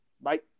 Bye